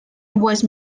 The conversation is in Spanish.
west